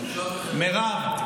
מירב,